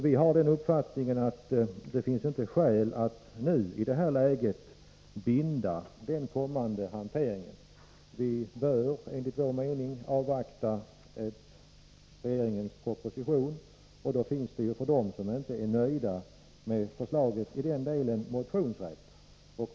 Vi har den uppfattningen att det inte finns skäl att i detta läge binda den kommande hanteringen. Man bör, enligt vår mening, avvakta regeringens proposition. Då finns det, för dem som inte är nöjda med förslaget i den delen, motionsrätt.